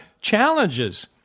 challenges